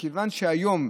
מכיוון שהיום,